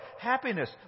happiness